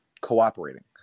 cooperating